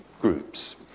groups